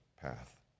path